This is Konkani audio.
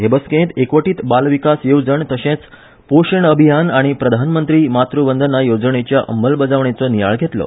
हे बसकेंत एकवटीत बाल विकास येवजण तशेंच पोशण अभियान आनी प्रधानमंत्री मातू वंदना येवजणेच्या अंमलबजावणेचो नियाळ घेतलो